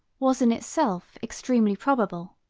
was in itself extremely probable.